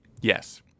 Yes